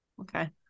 okay